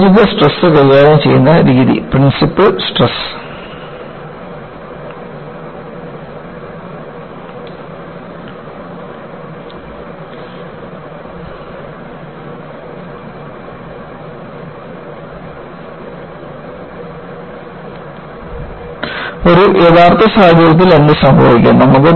സംയോജിത സ്ട്രെസ് കൈകാര്യം ചെയ്യുന്ന രീതി പ്രിൻസിപ്പൾ സ്ട്രെസ് ഒരു യഥാർത്ഥ സാഹചര്യത്തിൽ എന്ത് സംഭവിക്കും